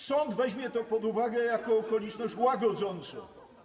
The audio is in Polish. Sąd weźmie to pod uwagę jako okoliczność łagodzącą.